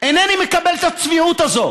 אינני מקבל את הצביעות הזאת